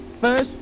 first